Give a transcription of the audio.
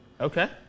Okay